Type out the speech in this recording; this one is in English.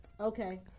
Okay